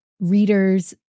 readers